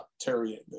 Terry